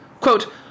Quote